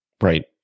Right